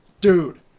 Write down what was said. dude